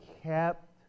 kept